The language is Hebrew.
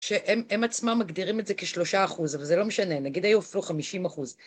שהם עצמם מגדירים את זה כשלושה אחוז, אבל זה לא משנה, נגיד היו אפילו חמישים אחוז.